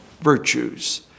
virtues